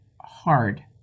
hard